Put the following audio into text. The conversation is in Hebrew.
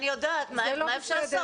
אני יודעת, מה אפשר לעשות?